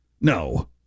No